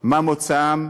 מה מוצאם,